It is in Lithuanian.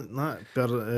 na per